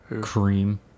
Cream